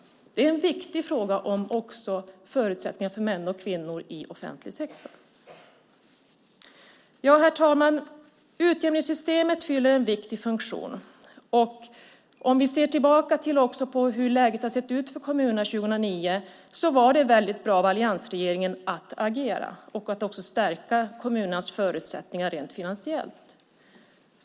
Det är en viktig fråga om förutsättningar för kvinnor och män i offentlig sektor. Herr talman! Utjämningssystemet fyller en viktig funktion. Med tanke på hur läget såg ut för kommunerna 2009 var det väldigt bra av alliansregeringen att agera och stärka kommunernas förutsättningar rent finansiellt.